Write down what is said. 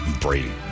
Brady